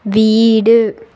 வீடு